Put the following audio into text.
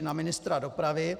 Na ministra dopravy.